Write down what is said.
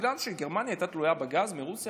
בגלל שגרמניה הייתה תלויה בגז מרוסיה.